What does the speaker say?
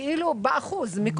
באחוזים,